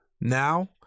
Now